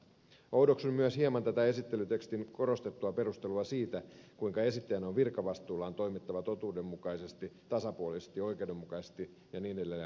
oudoksun myös hieman tätä esittelytekstin korostettua perustelua siitä kuinka esittäjän on virkavastuullaan toimittava totuudenmukaisesti tasapuolisesti ja oikeudenmukaisesti ja niin edelleen